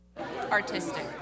Artistic